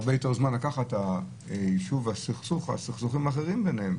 הרבה יותר זמן ישוב הסכסוכים האחרים ביניהם,